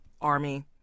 Army